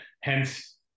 Hence